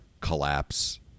collapse